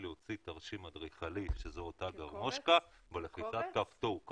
להוציא תרשים אדריכלי שזאת אותה גרמושקה בלחיצת כפתור.